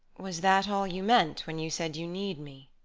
was that all you meant when you said you need me?